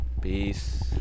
Peace